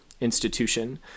institution